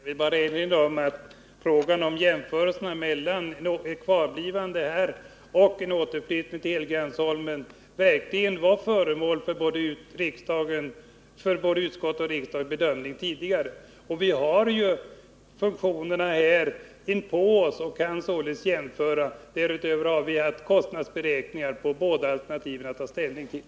Herr talman! Jag vill bara erinra om att jämförelserna mellan ett kvarblivande här vid Sergels torg och en återflyttning till Helgeandsholmen tidigare verkligen har varit föremål för både utskottets och riksdagens bedömning. Vi har ju funktionerna omkring oss här i huset och kan göra jämförelser med dem. Därutöver har vi haft att ta ställning till kostnadsberäkningar för båda alternativen.